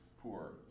poor